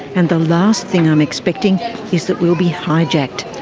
and the last thing i'm expecting is that we'll be hijacked,